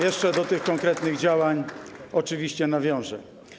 Jeszcze do tych konkretnych działań oczywiście nawiążę.